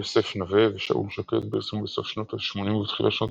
יוסף נוה ושאול שקד פרסמו בסוף שנות ה-80 ובתחילת שנות